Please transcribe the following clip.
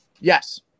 Yes